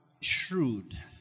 shrewd